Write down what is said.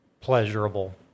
pleasurable